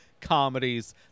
comedies